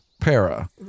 Para